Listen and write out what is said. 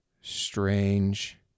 Strange